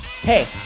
Hey